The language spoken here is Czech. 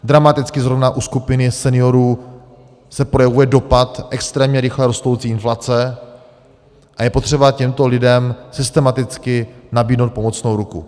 Dramaticky zrovna u skupiny seniorů se projevuje dopad extrémně rychle rostoucí inflace a je potřeba těmto lidem systematicky nabídnout pomocnou ruku.